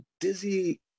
Dizzy